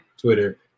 Twitter